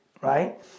right